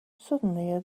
suddenly